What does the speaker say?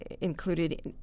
included